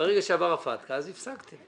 שברגע שעבר ה- FATKA, הפסקתם.